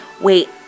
Wait